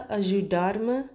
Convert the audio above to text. ajudar-me